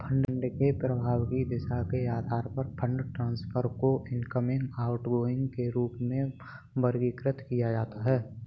fund के प्रवाह की दिशा के आधार पर फंड ट्रांसफर को इनकमिंग, आउटगोइंग के रूप में वर्गीकृत किया जाता है